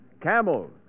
camels